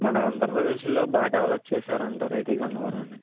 మన ఆంధ్రప్రదేశ్లో బాగా డెవెలప్ చేశారు అంటారు అయితే గన్నవరాన్ని